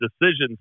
decisions